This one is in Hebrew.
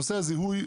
נושא הזוי,